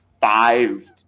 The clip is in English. five